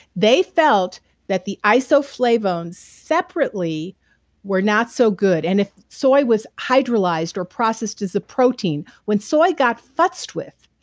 they felt that the isoflavones separately were not so good and if soy was hydrolyzed or processed to as a protein, when soy got fut swift,